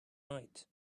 night